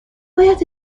باید